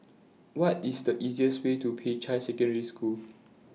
What IS The easiest Way to Peicai Secondary School